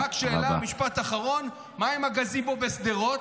ורק שאלה, משפט אחרון: מה עם הגזיבו בשדרות?